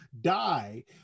die